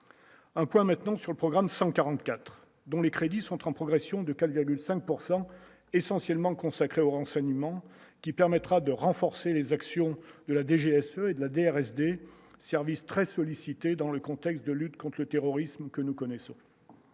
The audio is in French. un point maintenant sur le programme 144 dont les crédits sont en progression de Calzaghe 5 pourcent essentiellement consacrés au renseignement qui permettra de renforcer les actions de la DGSE et de la DRS des services très sollicités dans le contexte de lutte contre le terrorisme que nous connaissons.